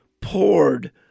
poured